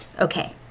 Okay